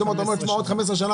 פתאום אתה אומר עוד 15 שנים